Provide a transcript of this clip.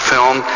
Film